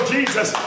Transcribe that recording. Jesus